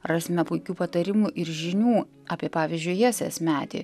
rasime puikių patarimų ir žinių apie pavyzdžiui jesės medį